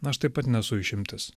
aš taip pat nesu išimtis